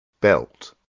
Belt